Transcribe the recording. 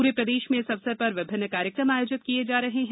पूरे प्रदेश में इस अवसर पर विभिन्न कार्यक्रम आयोजित किए जा रहे हैं